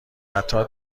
قطار